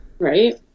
Right